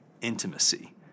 intimacy